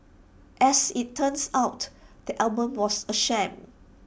as IT turns out the album was A sham